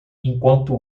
enquanto